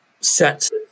sets